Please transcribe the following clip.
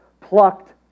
plucked